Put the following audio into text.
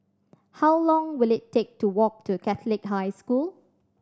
how long will it take to walk to Catholic High School